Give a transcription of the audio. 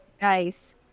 guys